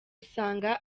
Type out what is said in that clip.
usanga